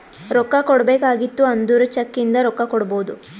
ರೊಕ್ಕಾ ಕೊಡ್ಬೇಕ ಆಗಿತ್ತು ಅಂದುರ್ ಚೆಕ್ ಇಂದ ರೊಕ್ಕಾ ಕೊಡ್ಬೋದು